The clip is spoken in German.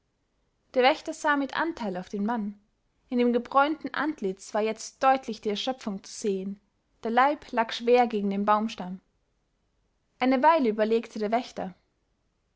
der wächter sah mit anteil auf den mann in dem gebräunten antlitz war jetzt deutlich die erschöpfung zu sehen der leib lag schwer gegen den baumstamm eine weile überlegte der wächter